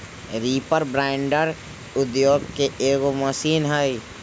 reaper binder कृषि उद्योग के एगो मशीन हई